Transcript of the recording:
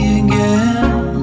again